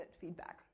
feedback